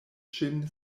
ŝin